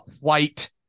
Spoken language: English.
white